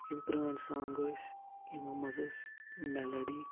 یِم پرٲنۍ سانٛگ ٲسۍ یِمو منٛز ٲسۍ میلڈی